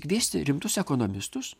kviesti rimtus ekonomistus